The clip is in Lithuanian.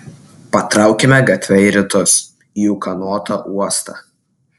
patraukėme gatve į rytus į ūkanotą uostą